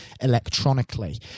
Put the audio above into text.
electronically